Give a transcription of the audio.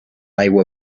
aigua